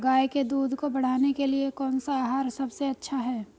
गाय के दूध को बढ़ाने के लिए कौनसा आहार सबसे अच्छा है?